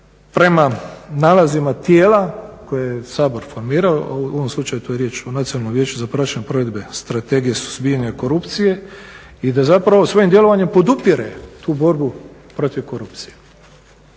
prema nalazima tijela koje je Sabor formirao u ovom slučaju tu je riječ o Nacionalnom vijeću za praćenje provedbe strategije suzbijanja korupcije i da zapravo svojim djelovanjem podupire tu borbu protiv korupcije.